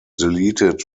deleted